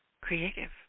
creative